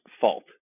fault